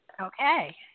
Okay